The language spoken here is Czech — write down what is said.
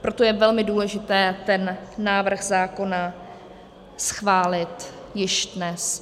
Proto je velmi důležité ten návrh zákona schválit již dnes.